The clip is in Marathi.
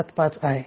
675 आहे